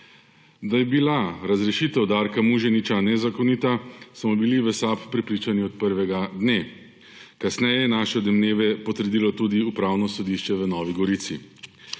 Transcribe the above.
Da je bila razrešitev Darka Muženiča nezakonita, smo bili v SAB prepričani od prvega dne. Kasneje je naše domneve potrdilo tudi Upravno sodišče v Novi Gorici.